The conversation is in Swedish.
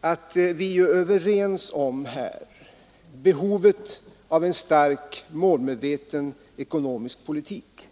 att vi är överens om behovet av en stark och målmedveten ekonomisk politik.